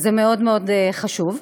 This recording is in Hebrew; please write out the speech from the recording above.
זה מאוד מאוד חשוב.